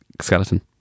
skeleton